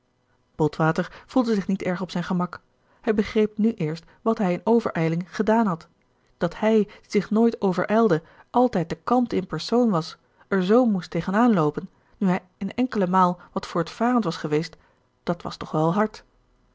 botwater voelde zich niet erg op zijn gemak hij begreep nu eerst wat hij in overijling gedaan had dat hij die zich nooit overijlde altijd de kalmte in persoon was er zoo moest tegen aanloopen nu hij eene enkele maal wat voortvarend was geweest dat was toch wel hard